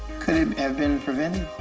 could it have been prevented?